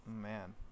Man